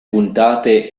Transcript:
puntate